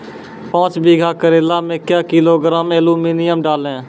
पाँच बीघा करेला मे क्या किलोग्राम एलमुनियम डालें?